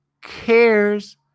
cares